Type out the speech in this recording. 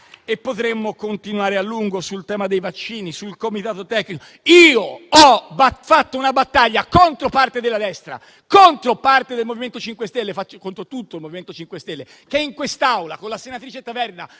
E potremmo continuare a lungo, sul tema dei vaccini, sul comitato tecnico. Io ho fatto una battaglia, contro parte della destra e contro tutto il MoVimento 5 Stelle, che in quest'Aula, con la senatrice Taverna,